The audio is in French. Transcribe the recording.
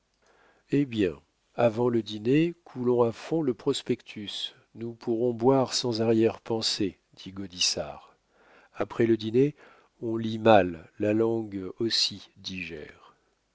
eh bien avant le dîner coulons à fond le prospectus nous pourrons boire sans arrière-pensée dit gaudissart après le dîner on lit mal la langue aussi digère